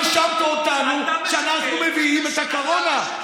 אתה האשמת אותנו שאנחנו מביאים את הקורונה.